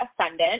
ascendant